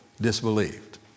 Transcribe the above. disbelieved